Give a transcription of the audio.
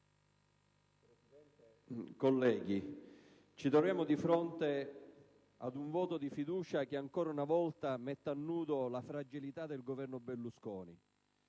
colleghi, ci troviamo di fronte ad un voto di fiducia che ancora una volta mette a nudo la fragilità del Governo Berlusconi